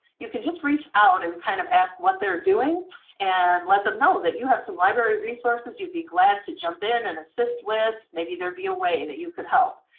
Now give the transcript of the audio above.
you can just reach out and kind of ask what they're doing and let them know that you have some library resources that you'd be glad to jump in and assist with, maybe there'd be a way that you can help.